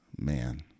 man